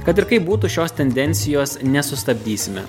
kad ir kaip būtų šios tendencijos nesustabdysime